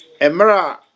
Emra